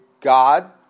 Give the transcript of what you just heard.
God